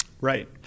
Right